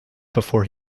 before